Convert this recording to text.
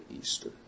Easter